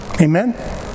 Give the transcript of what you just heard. Amen